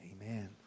Amen